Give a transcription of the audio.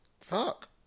Fuck